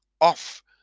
off